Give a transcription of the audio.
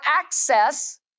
access